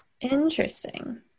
interesting